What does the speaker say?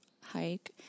hike